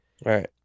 Right